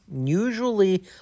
Usually